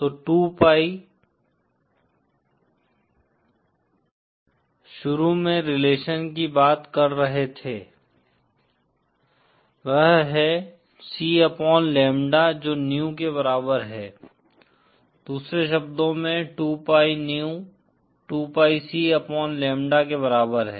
तो 2 पाई शुरू में रिलेशन की बात कर रहे थे वह है C अपॉन लैम्ब्डा जो न्यू के बराबर है दूसरे शब्दों में 2 pi nu 2 pi C upon lambda के बराबर है